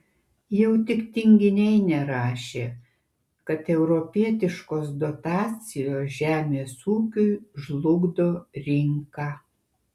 jau tik tinginiai nerašė kad europietiškos dotacijos žemės ūkiui žlugdo rinką